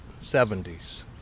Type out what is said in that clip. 70s